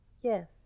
yes